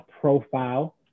profile